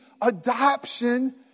adoption